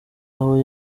aho